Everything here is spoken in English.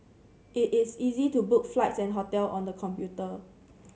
it is easy to book flights and hotel on the computer